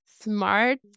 smart